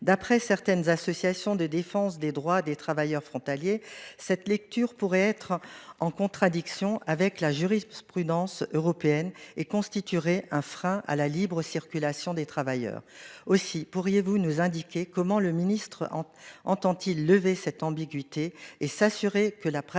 d'après certaines associations de défense des droits des travailleurs frontaliers. Cette lecture pourrait être en contradiction avec la jurisprudence européenne et constituerait un frein à la libre circulation des travailleurs aussi, pourriez-vous nous indiquer comment le ministre. Entend-il lever cette ambiguïté et s'assurer que la pratique des services